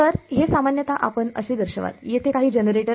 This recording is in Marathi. तर हे सामान्यत आपण असे दर्शवाल येथे काही जनरेटर आहे